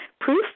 proof